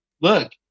look